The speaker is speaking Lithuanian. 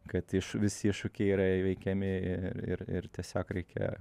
kad iš visi iššūkiai yra įveikiami ir ir tiesiog reikia